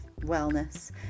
wellness